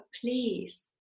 please